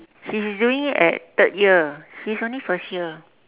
he's doing it at third year he's only first year